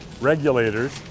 regulators